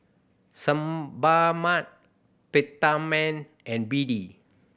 Sebamed Peptamen and B D